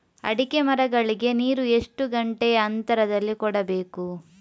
ಅಡಿಕೆ ಮರಗಳಿಗೆ ನೀರು ಎಷ್ಟು ಗಂಟೆಯ ಅಂತರದಲಿ ಕೊಡಬೇಕು?